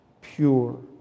pure